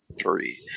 three